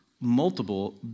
multiple